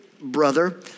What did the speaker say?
brother